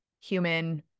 human